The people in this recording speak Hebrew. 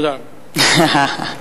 לענות?